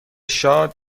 شاد